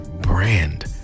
brand